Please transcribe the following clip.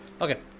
Okay